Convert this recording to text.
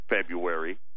February